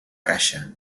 caixa